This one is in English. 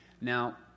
Now